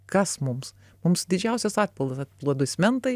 kas mums mums didžiausias atpildas aplodismentai